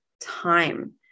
Time